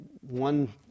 one